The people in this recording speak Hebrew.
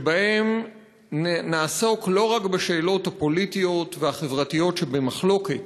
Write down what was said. שבהם נעסוק לא רק בשאלות הפוליטיות והחברתיות שבמחלוקת,